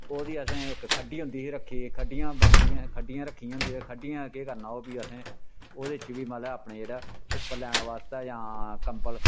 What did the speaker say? ओह्दी असें इक खड्डी होंदी ही रक्खी दी खड्डियां बनदियां खड्डियां रक्खी दी होंदियां हियां खड्डियें दा केह् करना ओह् फ्ही असें ओह्दे च बी मतलब अपना जेह्ड़ा उप्पर लैने वास्तै जां कम्बल